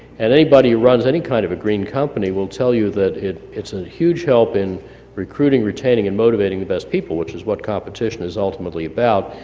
and anybody who runs any kind of a green company will tell you that it's a huge help in recruiting, retaining and motivating the best people which is what competition is ultimately about.